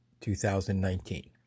2019